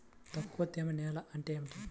తక్కువ తేమ నేల అంటే ఏమిటి?